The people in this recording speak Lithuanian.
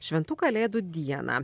šventų kalėdų dieną